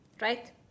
right